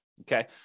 Okay